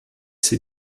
ses